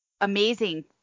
amazing